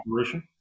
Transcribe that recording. operation